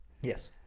Yes